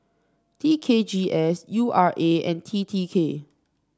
T K G S U R A and T T K